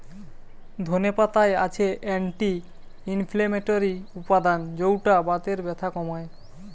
ধনে পাতায় আছে অ্যান্টি ইনফ্লেমেটরি উপাদান যৌটা বাতের ব্যথা কমায়